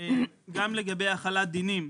גם לגבי החלת דינים.